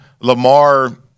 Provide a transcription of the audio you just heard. Lamar